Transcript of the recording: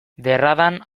derradan